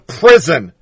prison